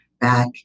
back